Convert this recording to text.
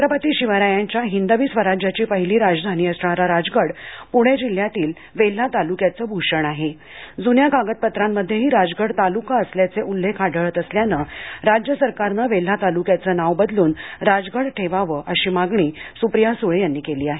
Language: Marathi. छत्रपती शिवरायांच्या हिंदवी स्वराज्याची पहिली राजधानी असणारा राजगड पुणे जिल्ह्यातील ज्या वेल्हा तालुक्याचं भूषण आहे जुन्या कागदपत्रांमध्येही राजगड तालुका असल्याचे उल्लेख आढळत असल्याने राज्य सरकारने वेल्हा तालुक्याचं नाव बदलून राजगड ठेवावं अशी मागणी सुप्रिया सुळे यांनी केली आहे